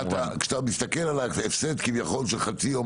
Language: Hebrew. כשאתה מסתכל על ההפסד כביכול של חצי יום,